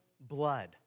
blood